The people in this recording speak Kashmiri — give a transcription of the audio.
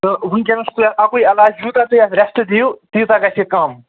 تہٕ وٕنۍکٮ۪نَس تُہۍ اَتھ اَکُے علاج یوٗتاہ تُہۍ اَتھ رٮ۪سٹ دِیِو تیٖژاہ گژھِ یہِ کَم